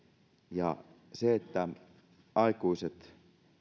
ja se että aikuiset